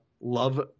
love